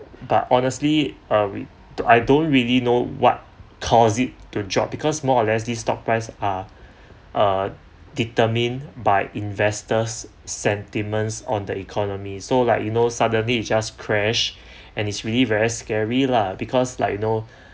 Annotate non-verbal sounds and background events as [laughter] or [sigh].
but honestly uh we I don't really know what cause it to drop because more or less this stock prices are uh determined by investors sentiments on the economy so like you know suddenly it just crash [breath] and it's really very scary lah because like you know